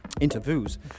Interviews